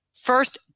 first